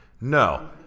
No